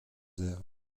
aires